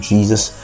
Jesus